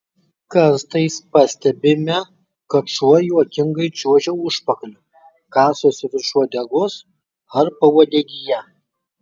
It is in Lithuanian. kartais pastebime kad šuo juokingai čiuožia užpakaliu kasosi virš uodegos ar pauodegyje